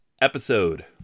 episode